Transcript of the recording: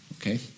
okay